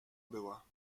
była